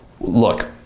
Look